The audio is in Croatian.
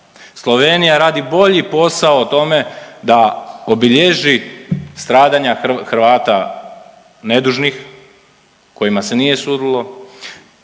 Slovenija radi bolji posao o tome da obilježi stradanja Hrvata nedužnih, kojima se nije sudilo